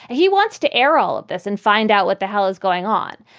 and he wants to air all of this and find out what the hell is going on.